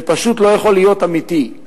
זה פשוט לא יכול להיות אמיתי.